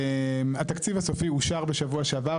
התקציב הסופי אושר בשבוע שעבר,